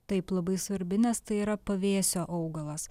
taip labai svarbi nes tai yra pavėsio augalas